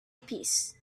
peace